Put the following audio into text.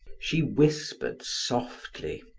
she whispered softly,